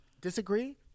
Disagree